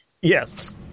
Yes